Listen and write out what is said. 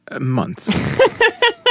months